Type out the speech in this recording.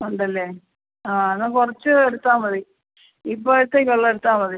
ഉണ്ടല്ലെ ആ എന്ന കുറച്ച് എടുത്താൽ മതി ഇപ്പഴത്തേക്കുള്ളത് എടുത്താൽ മതി